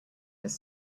his